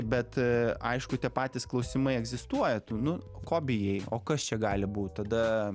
bet aišku tie patys klausimai egzistuoja tų nu ko bijai o kas čia gali būt tada